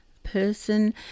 person